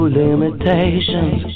limitations